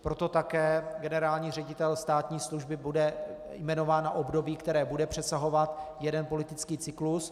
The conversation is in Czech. Proto také generální ředitel státní služby bude jmenován na období, které bude přesahovat jeden politický cyklus.